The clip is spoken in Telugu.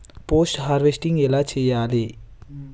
పోస్ట్ హార్వెస్టింగ్ ఎలా చెయ్యాలే?